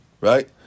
right